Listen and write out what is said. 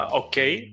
okay